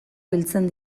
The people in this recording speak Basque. biltzen